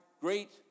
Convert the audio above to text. great